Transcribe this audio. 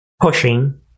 pushing